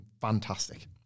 fantastic